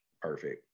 perfect